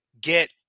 get